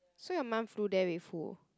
so your mum flew there with who